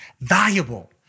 valuable